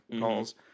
calls